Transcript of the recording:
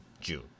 June